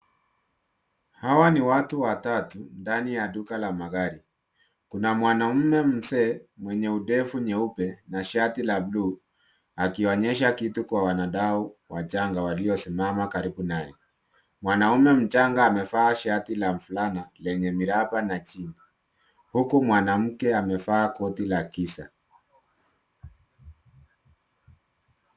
Hawa ni watu watatu ndani ya duka la magari. Kuna mwanaume mzee mwenye udevu mweupe na shati la bluu akionyesha kitu kwa wanadau wachanga waliosimama karibu naye. Mwanaume mchanga amevaa shati la fulana lenye miraba na jean , huku mwanamke amevaa koti la giza.